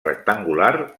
rectangular